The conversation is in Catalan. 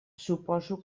suposo